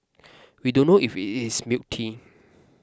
we don't know if it's milk tea